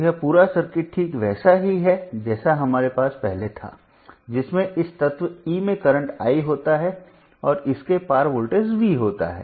तो यह पूरा सर्किट ठीक वैसा ही है जैसा हमारे पास पहले था जिसमें इस तत्व E में करंट I होता है और इसके पार वोल्टेज V होता है